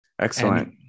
Excellent